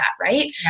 Right